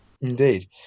Indeed